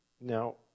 Now